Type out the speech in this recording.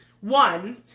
one